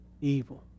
evil